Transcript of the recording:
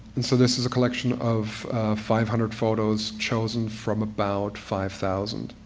and so this is a collection of five hundred photos chosen from about five thousand